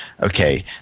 okay